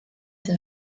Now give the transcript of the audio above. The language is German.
der